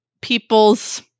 people's